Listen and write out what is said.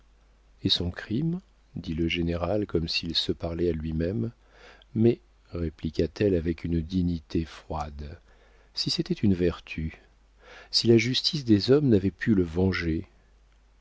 et son crime dit le général comme s'il se parlait à lui-même mais répliqua-t-elle avec une dignité froide si c'était une vertu si la justice des hommes n'avait pu le venger